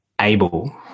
able